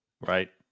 Right